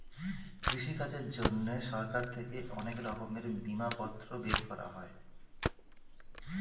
কৃষিকাজের জন্যে সরকার থেকে অনেক রকমের বিমাপত্র বের করা হয়